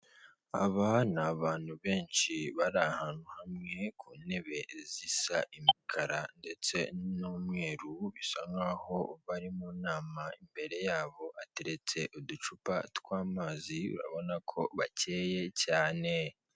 Aba ni abantu benshi bari ahantu hamwe ku ntebe zisa imikara ndetse n'umweru bisa nkaho bari mu nama imbere yabo ateretse uducupa tw'amazi urabona ko bakeye cyane.